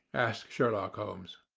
asked sherlock holmes.